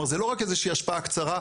כלומר זה לא רק איזו שהיא השפעה קצרה,